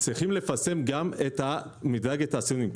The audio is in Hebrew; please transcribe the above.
צריך לפרסם גם את מדרג הציונים,